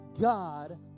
God